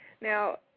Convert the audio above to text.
Now